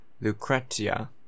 Lucretia